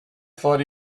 thought